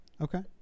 Okay